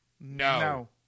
No